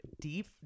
deep